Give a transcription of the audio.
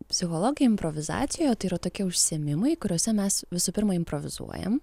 psichologinė improvizacija tai yra tokie užsiėmimai kuriuose mes visų pirma improvizuojam